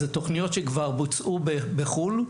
זה תוכניות שכבר בוצעו בחו"ל,